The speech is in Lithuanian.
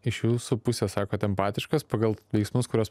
iš jūsų pusės sakot empatiškas pagal veiksmus kuriuos